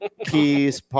keys